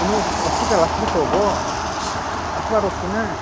ତୁମେ ହସ୍ପିଟାଲ୍ ଆସିଲେ ତ ହେବ ଆସିବାର ଅଛି ନା